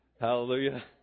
Hallelujah